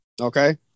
Okay